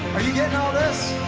are you gettin' all this?